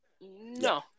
No